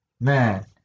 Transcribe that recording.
man